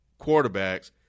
quarterbacks